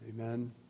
Amen